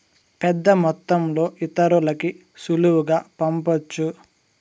పెద్దమొత్తంలో ఇతరులకి సులువుగా పంపొచ్చు